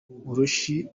urushyi